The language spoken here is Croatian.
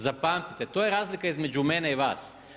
Zapamtite to je razlika između mene i vas.